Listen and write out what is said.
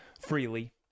freely